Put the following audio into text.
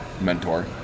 mentor